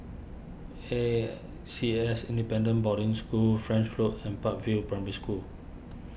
A C S Independent Boarding School French Road and Park View Primary School